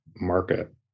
market